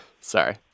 Sorry